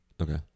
okay